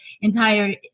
entire